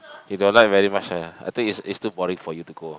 you don't like very much ah I think it's it's too boring for you to go